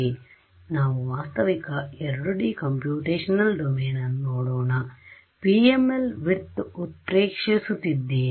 ಈಗ ನಾವು ವಾಸ್ತವಿಕ 2 ಡಿ ಕಂಪ್ಯೂಟೇಶನಲ್ ಡೊಮೇನ್ ಅನ್ನು ನೋಡೋಣ ನಾನು PML ವಿಡ್ತ್ ಉತ್ಪ್ರೇಕ್ಷಿಸುತ್ತಿದ್ದೇನೆ